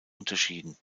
unterschieden